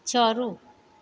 छोड़ू